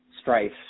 strife